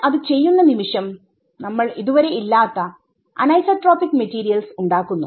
നമ്മൾ അത് ചെയ്യുന്ന നിമിഷം നമ്മൾ ഇതുവരെ ഇല്ലാത്ത അനൈസോട്രോപിക് മെറ്റീരിയൽസ് ഉണ്ടാക്കുന്നു